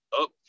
up